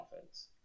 offense